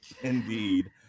indeed